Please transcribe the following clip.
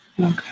Okay